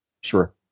Sure